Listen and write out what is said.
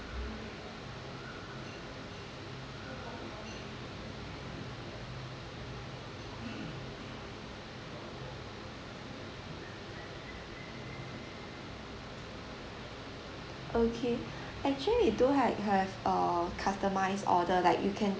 okay actually we do like have uh customise order like you can